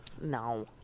no